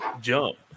jump